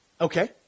Okay